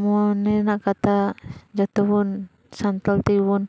ᱢᱚᱱᱮ ᱨᱮᱱᱟᱜ ᱠᱟᱛᱷᱟ ᱡᱚᱛᱚ ᱵᱚᱱ ᱥᱟᱱᱛᱟᱲ ᱛᱮᱜᱮ ᱵᱚᱱ